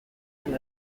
and